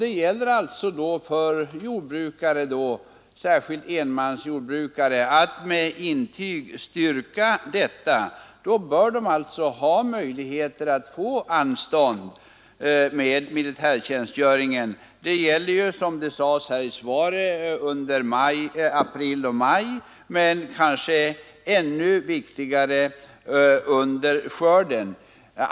Det gäller alltså för jordbrukare — särskilt sådana med enmansjordbruk — att med intyg styrka att sådana omständigheter föreligger. De bör då ha möjligheter att få anstånd med militärtjänstgöringen. Som det sades i svaret ingår april och maj i den för jordbruket olämpliga perioden, men en kanske ännu viktigare period i detta sammanhang är skördetiden.